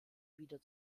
wieder